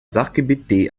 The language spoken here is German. sachgebiet